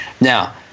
Now